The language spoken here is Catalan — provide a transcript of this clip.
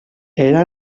era